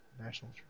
National